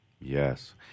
Yes